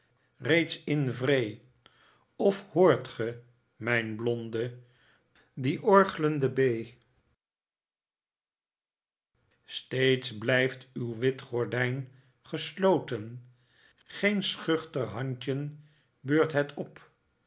reeds in vree of hoort ge mijn die orglende bee ide blonde steeds blijft uw wit gordijn gesloten geen schuchter handjen beurt het op